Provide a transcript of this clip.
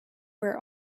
where